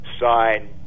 sign